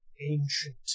ancient